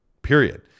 Period